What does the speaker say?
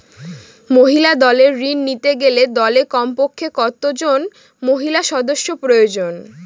মহিলা দলের ঋণ নিতে গেলে দলে কমপক্ষে কত জন মহিলা সদস্য প্রয়োজন?